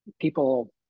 people